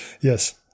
yes